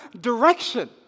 direction